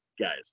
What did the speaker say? guys